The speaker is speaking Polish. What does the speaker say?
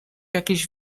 jakiś